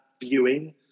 viewing